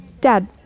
Dad